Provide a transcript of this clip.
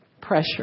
pressure